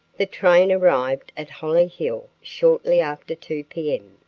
the train arrived at hollyhill shortly after two p m.